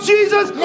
Jesus